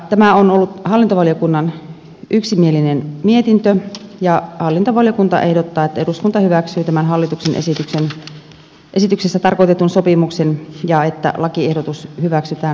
tämä on ollut hallintovaliokunnan yksimielinen mietintö ja hallintovaliokunta ehdottaa että eduskunta hyväksyy tämän hallituksen esityksessä tarkoitetun sopimuksen ja että lakiehdotus hyväksytään